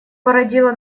породило